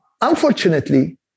unfortunately